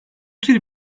tür